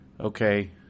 okay